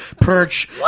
Perch